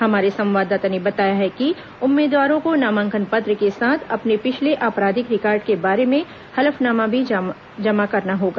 हमारे संवाददाता ने बताया है कि उम्मीदवारों को नामांकन पत्र के साथ अपने पिछले आपराधिक रिकॉर्ड के बारे में हलफनामा भी जमा कराना होगा